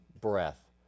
breath